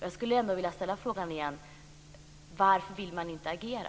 Jag skulle ändå vilja ställa frågan igen: Varför vill man inte agera?